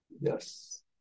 yes